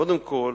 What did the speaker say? קודם כול,